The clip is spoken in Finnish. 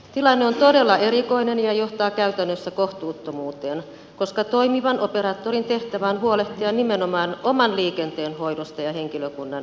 tilanne on todella erikoinen ja johtaa käytännössä kohtuuttomuuteen koska toimivan operaattorin tehtävä on huolehtia nimenomaan oman liikenteen hoidosta ja henkilökunnan osaamisesta